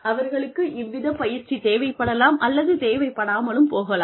அவர்களுக்கு இவ்வித பயிற்சி தேவைப்படலாம் அல்லது தேவைப்படாமலும் போகலாம்